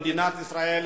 במדינת ישראל,